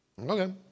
okay